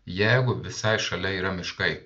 jeigu visai šalia yra miškai